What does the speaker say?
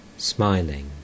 smiling